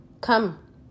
come